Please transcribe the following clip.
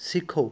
ਸਿੱਖੋ